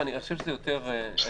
יש מה לעשות, זה צריך להיות פרקטי.